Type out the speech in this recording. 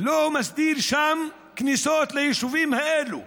לא מסדירה שם כניסות ליישובים האלו?